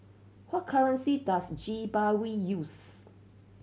hot currency does Zimbabwe use